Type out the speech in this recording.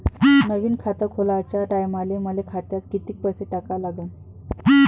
नवीन खात खोलाच्या टायमाले मले खात्यात कितीक पैसे टाका लागन?